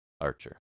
Archer